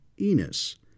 Enos